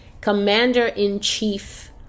commander-in-chief